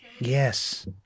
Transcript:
Yes